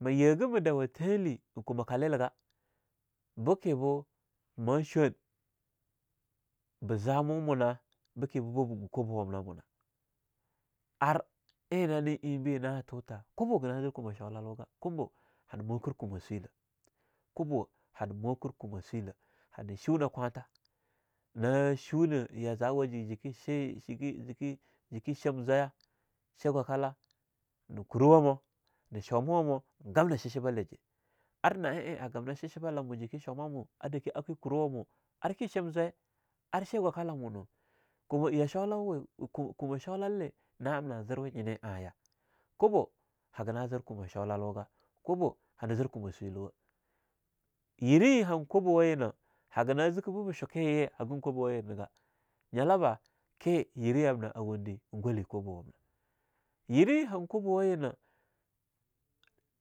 Me yegah ma dawa tenlle ein kuma kaleliga, bike bo ma shoun, be zamu munah bike babu gu kwabawamna a muna ar ein nani einbe na tutah kwabo haga nan zir kumah sholalwugah, kwabo hana mokir kuma swilah, kobo hana mokir kuma swilah, hana shuna kwantha na shuna ya zawa waje jinke shei jinki..jinki..jinki sham zwaya, chei gwakala, na kurewa mo, ne shomawa mo ein gamna shishibala jeh, ar na'a ein a gamna shishibalamo jinke ar ke shomawa mo, ar ke kurewa mo, arki sham zwe ar shei gwakala monu? Kuma ya sholawawe kuma..kuma sholale na amna zirwa nyine ahyah? Kwabo haganan zir kuma sholaLwuga, kwabo hanah zir kumah swiluwa. Yire ye han kwabowa yinah hagan zike bebah shuke ye hagan kwabayina nigah, nyala bah? Ke yerah yamna awunde Ein gwale kwaba wamna, yirah ye han kwabawa yina,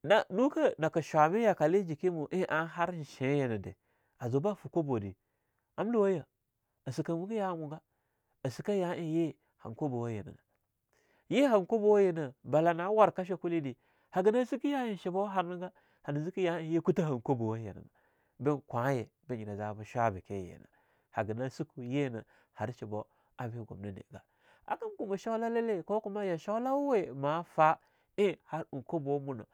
na nukah nake shwa mah yakale jinke mu ein an har sheinyah nada, a zuba fe kwabodah am luwayah a sikah mugah ya a mu ga, a sikah ya ein ye han kwabowa yina na. Ye han kwabawa yina, bala na warka shokuleh de haga nah zeki ya ein shibo har nigah, hanah zikah ya ein yi kuto han kwabawa yinah nah ben kwahya be nyina za bah shwa beke yinah, haganah siku yinah har shibo abe gumninegah. Hagin kuma sholalale, ko kuma yasholawawe ma fah ein har ein kwabawa mina.